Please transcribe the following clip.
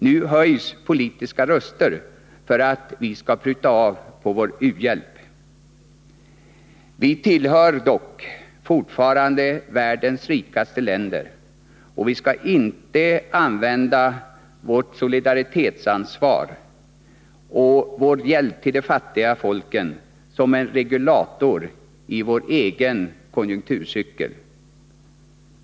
Nu höjs politiska röster för att vi skall pruta av på vår u-hjälp. Vi tillhör dock fortfarande världens rikaste länder, och vi skall inte använda vårt solidaritetsansvar och vår hjälp till de fattiga folken som en regulator i vår egen konjunkturcykel.